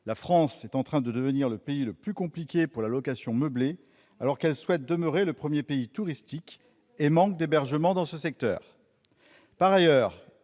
La France est en train de devenir le pays le plus compliqué pour la location meublée, alors qu'elle souhaite demeurer le premier pays touristique et manque d'hébergements dans ce secteur.